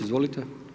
Izvolite.